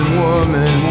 woman